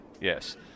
Yes